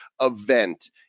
event